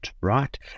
right